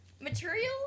material